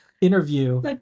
interview